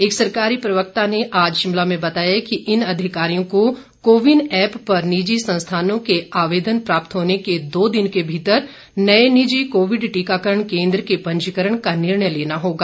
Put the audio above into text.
एक सरकारी प्रवक्ता ने आज शिमला में बताया कि इन अधिकारियों को कोविन एप पर निजी संस्थानों के आवेदन प्राप्त होने के दो दिन के भीतर नए निजी कोविड टीकाकरण केन्द्र के पंजीकरण का निर्णय लेना होगा